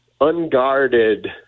unguarded